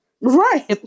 Right